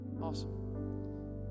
Awesome